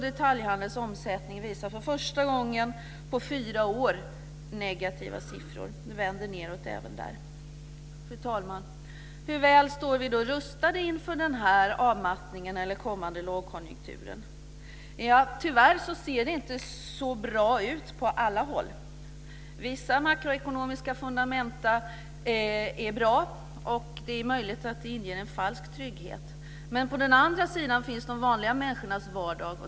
Detaljhandelns omsättning visar för första gången på fyra år negativa siffror. Det vänder nedåt även där. Fru talman! Hur väl står vi då rustade inför den här avmattningen eller den kommande lågkonjunkturen? Tyvärr ser det inte så bra ut på många håll. Vissa makroekonomiska fundamenta är bra. Det är möjligt att det inger en falsk trygghet. Men på den andra sidan finns de vanliga människornas vardag.